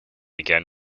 again